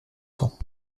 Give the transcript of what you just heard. temps